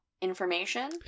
information